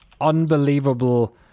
unbelievable